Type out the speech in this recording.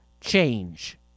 change